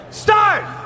start